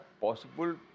possible